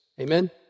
Amen